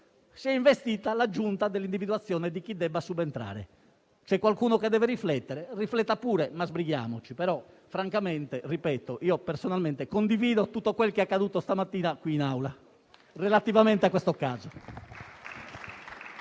si è investita la Giunta dell'individuazione di chi debba subentrare. C'è qualcuno che deve riflettere? Rifletta pure, ma sbrighiamoci. Per quanto mi riguarda, come ho già detto, francamente condivido tutto quello che è accaduto questa mattina qui in Aula relativamente a questo caso.